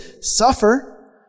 suffer